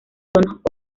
tonos